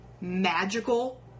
magical